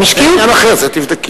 זה עניין אחר, תבדקי.